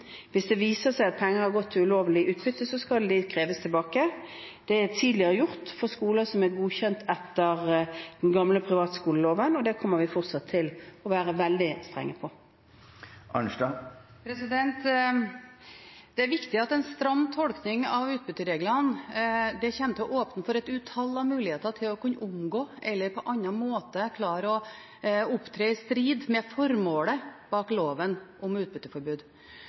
Hvis det viser seg at penger har gått til ulovlig utbytte, skal de kreves tilbake. Det er tidligere gjort for skoler som er godkjent etter den gamle privatskoleloven, og det kommer vi fortsatt til å være veldig strenge på. Det som er viktig, er at en stram tolkning av utbyttereglene kommer til å åpne for et utall av muligheter til å kunne omgå eller på annen måte opptre i strid med formålet bak loven om utbytteforbud.